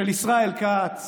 של ישראל כץ,